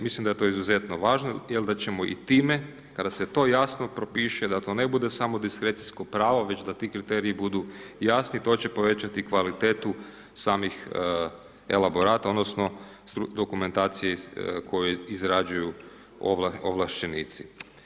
Mislim da je to izuzetno važno jer da ćemo i time, kada se to jasno propiše, da to ne bude samo diskrecijsko pravo već da ti kriteriji budu jasni, to će povećati kvalitetu samih elaborata odnosno dokumentacije koju izrađuju ovlaštenici.